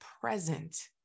present